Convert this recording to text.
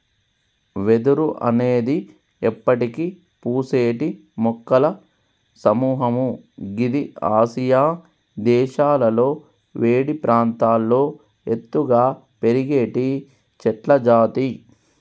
వెదురు అనేది ఎప్పటికి పూసేటి మొక్కల సముహము గిది ఆసియా దేశాలలో వేడి ప్రాంతాల్లో ఎత్తుగా పెరిగేటి చెట్లజాతి